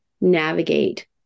navigate